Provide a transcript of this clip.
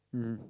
mmhmm